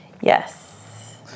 yes